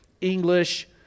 English